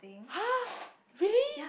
!huh! really